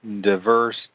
diverse